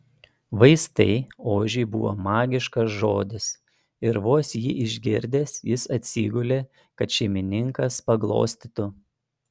vaistai ožiui buvo magiškas žodis ir vos jį išgirdęs jis atsigulė kad šeimininkas paglostytų